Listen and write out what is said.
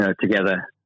together